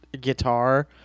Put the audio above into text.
guitar